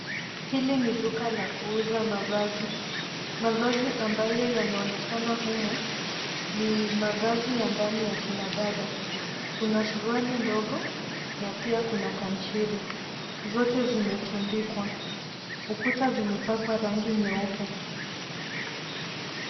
Hili ni duka la kuuza mavazi, mavazi ambayo yanaonekana humu ni mavazi ya ndani ya kina dada. Kuna suruari ndogo na pia kuna kanchiri zote zimetundikwa ukuta zimepakwa rangi nyeupe.